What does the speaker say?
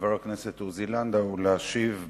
חבר הכנסת עוזי לנדאו, להשיב בשמו,